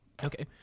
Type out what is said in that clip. Okay